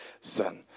son